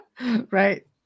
Right